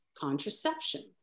contraception